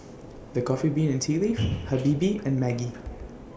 The Coffee Bean and Tea Leaf Habibie and Maggi